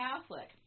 Catholic